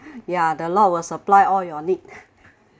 ya the lord will supply all your need